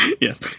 Yes